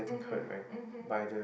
mmhmm mmhmm